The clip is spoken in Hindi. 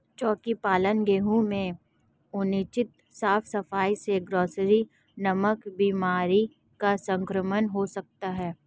चोकी पालन गृह में अनुचित साफ सफाई से ग्रॉसरी नामक बीमारी का संक्रमण हो सकता है